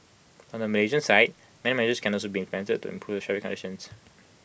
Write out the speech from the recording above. on the Malaysian side many measures can also be implemented to improve the traffic conditions